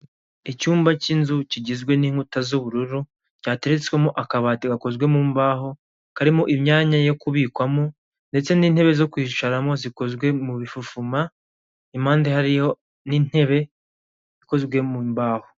Icyumba cy'inzu kigizwe n'inkuta z'ubururu cyatereretswemo akabati gakozwe mu mbaho, karimo imyanya yo kubikwamo ndetse n'intebe zo kwicaramo zikozwe mu bifufuma, impande hariyo n'intebe ikozwe mu mbaho.